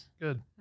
Good